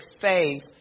faith